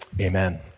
Amen